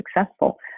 successful